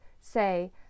say